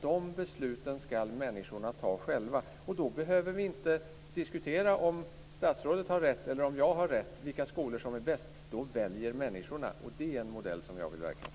De besluten ska människorna ta själva. Då behöver vi inte diskutera om statsrådet har rätt eller om jag har rätt när det gäller vilka skolor som är bäst. Då väljer människorna. Och det är en modell jag vill verka för.